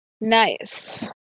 Nice